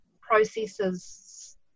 processes